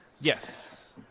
Yes